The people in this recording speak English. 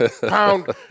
pound